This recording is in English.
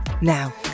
Now